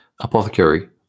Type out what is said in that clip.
Apothecary